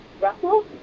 russell